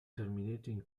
terminating